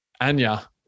Anya